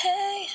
Hey